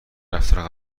رفتار